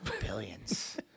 billions